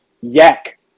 yak